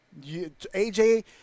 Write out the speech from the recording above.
AJ